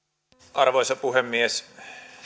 arvoisa puhemies